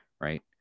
right